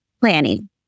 Planning